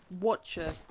Watcher